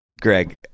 Greg